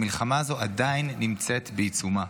המלחמה הזאת עדיין נמצאת בעיצומה.